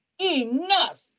Enough